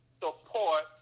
support